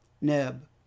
neb